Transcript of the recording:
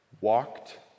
Walked